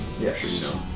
Yes